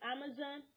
Amazon